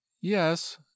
yes